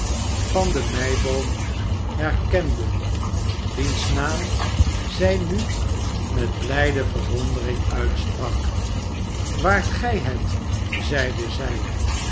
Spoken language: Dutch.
van de meiboom herkende wiens naam zij nu met blijde verwondering uitsprak waart gij het zeide zij